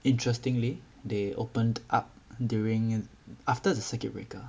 interestingly they opened up during and after the circuit breaker